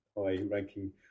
high-ranking